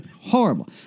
Horrible